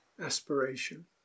aspiration